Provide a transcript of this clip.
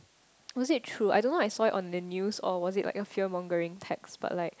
was it true I don't I a saw it on the news or was it like a fearmongering text but like